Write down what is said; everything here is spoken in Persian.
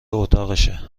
اتاقشه